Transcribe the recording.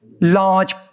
large